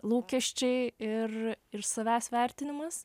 lūkesčiai ir ir savęs vertinimas